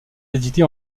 édités